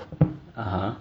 (uh huh)